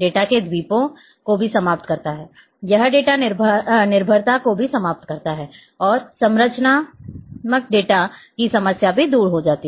data के द्वीपों को भी समाप्त करता है यह डेटा निर्भरता को भी समाप्त कर देता है और संरचनात्मक निर्भरता की समस्या भी दूर हो जाती है